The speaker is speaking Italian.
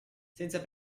senza